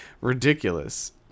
ridiculous